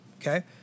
Okay